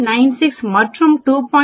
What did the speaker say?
96 மற்றும் 2